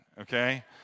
Okay